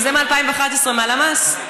זה מ-2011, מהלמ"ס.